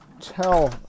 tell